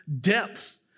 depth